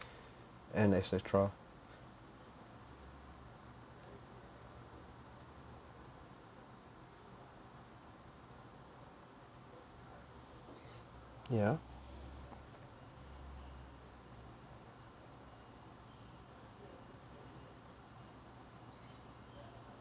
and et cetera ya